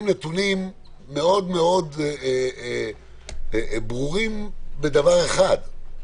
נתונים מאוד מאוד ברורים על דבר אחד,